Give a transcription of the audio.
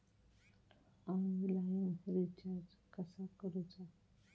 Online recharge कसा करूचा?